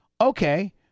Okay